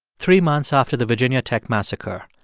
three months after the virginia tech massacre,